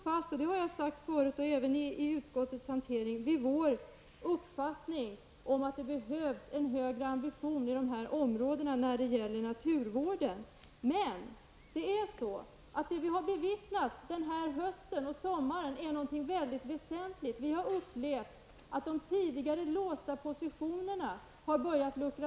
Jag har sagt vid utskottsbehandlingarna att vi står fast vid vår uppfattning att det behövs en högre ambition för naturvården i dessa områden. Men vad vi bevittnat under sommaren och hösten är någonting mycket väsentligt. De tidigare låsta positionerna har börjat lösas upp.